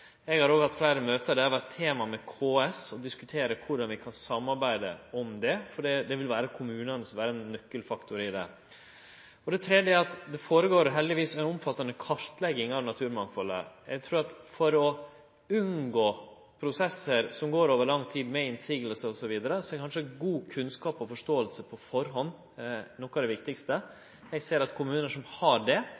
Eg har òg hatt fleire møte. Det har vore eit tema overfor KS å diskutere korleis vi kan samarbeide om dette, for her vil kommunane vere ein nøkkelfaktor. Det tredje er at det heldigvis føregår ei omfattande kartlegging av naturmangfaldet. Eg trur at for å unngå prosessar som går over lang tid, med motsegner osv., er kanskje gode kunnskapar og forståing på førehand noko av det viktigaste.